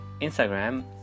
Instagram